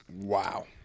Wow